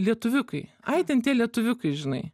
lietuviukai ai ten tie lietuviukai žinai